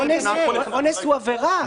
אונס הוא עבירה.